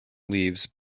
leaves